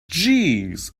jeez